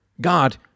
God